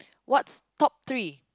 what's top three